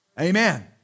Amen